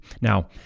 Now